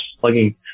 plugging